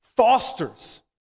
fosters